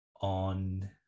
on